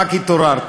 רק התעוררתי.